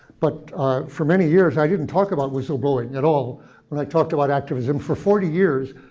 but for many years, i didn't talk about whistleblowing at all when i talked about activism. for forty years,